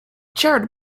chaired